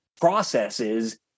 processes